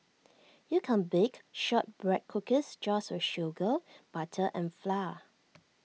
you can bake Shortbread Cookies just with sugar butter and flour